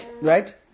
Right